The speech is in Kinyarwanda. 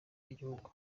bw’igihugu